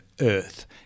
Earth